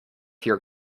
here